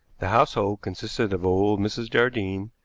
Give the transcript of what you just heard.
the household consisted of old mrs. jardine,